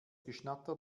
geschnatter